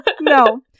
No